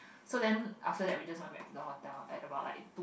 so then after that we just went back to the hotel at about like two